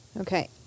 Okay